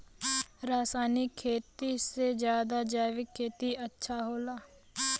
रासायनिक खेती से ज्यादा जैविक खेती अच्छा होला